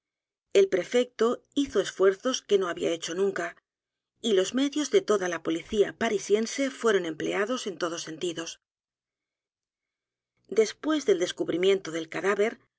el prefecto hizo esfuerzos que no había hecho n u n c a y los medios de toda la policía parisiense fueron empleados en todos sentidos después del descubrimiento del cadáver no